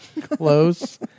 close